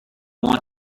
want